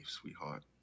sweetheart